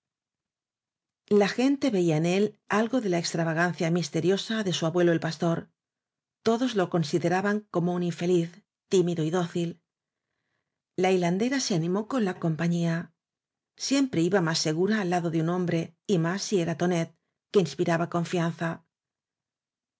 la gente veía en él algo de la extravagan cia misteriosa de su abuelo el pastor todos lo consideraban como un infeliz tímido y dócil la hilandera se animó con la compañía siempre iba más segura al lado de un hombre y más si era tonet que inspiraba confianza